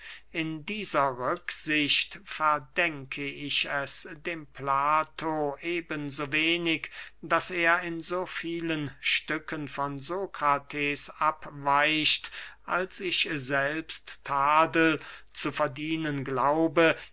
in dieser rücksicht verdenke ich es dem plato eben so wenig daß er in so vielen stücken von sokrates abweicht als ich selbst tadel zu verdienen glaube